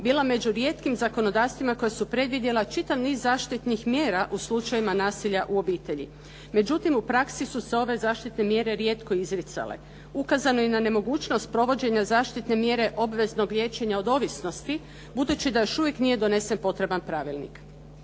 bila među rijetkim zakonodavstvima koja su predvidjela čitav niz zaštitnih mjera u slučajevima nasilja u obitelji. Međutim, u praksi su se ove zaštitne mjere rijetko izricale. Ukazano je i na nemogućnost provođenja zaštitne mjere obveznog liječenja od ovisnosti budući da još uvijek nije donesen potreban pravilnik.